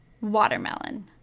watermelon